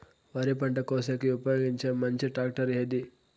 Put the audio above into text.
వరి పంట కోసేకి ఉపయోగించే మంచి టాక్టర్ ఏది?